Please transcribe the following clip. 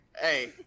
Hey